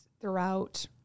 throughout